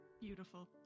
Beautiful